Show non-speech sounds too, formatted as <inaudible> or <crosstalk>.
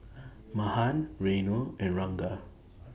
<noise> Mahan Renu and Ranga